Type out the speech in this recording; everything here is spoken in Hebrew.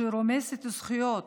שרומסת זכויות,